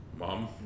Mom